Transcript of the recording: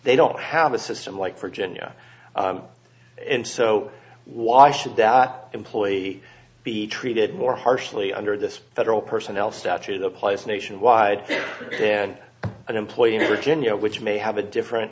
they don't have a system like virginia and so why should the employee be treated more harshly under this federal personnel statute the place nationwide and an employee virginia which may have a different